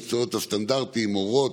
היו המקצועות הסטנדרטיים: מורות,